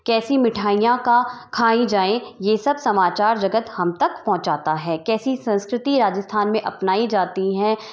कैसी मिठाइयां का खाई जाएं यह सब समाचार जगत हम तक पहुँचता है कैसी संस्कृति राजस्थान में अपनाई जाती हैं